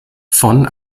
von